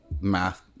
math